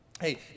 Hey